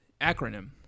Acronym